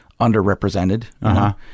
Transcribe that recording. underrepresented